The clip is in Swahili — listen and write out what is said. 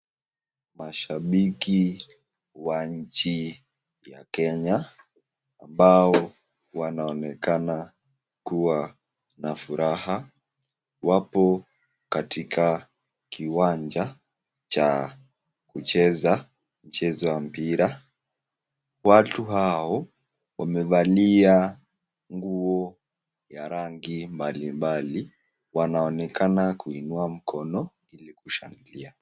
Mashabiki wa nchi ya Kenya ,ambao wanaonekana kuwa na furaha. Wapo katika kiwanja cha kucheza mchezo ya mpira. Watu hao wamevalia nguo ya rangi mbalimbali ,wanaonekana kuinua mkono ili kushangilia.